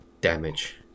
damage